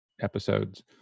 episodes